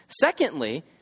Secondly